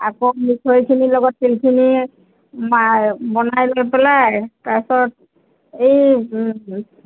আকৌ মিঠৈ খিনিৰ লগত তিলখিনি মা বনাই লৈ পেলাই তাৰ পাছত এই